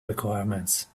requirements